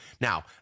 Now